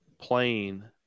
plane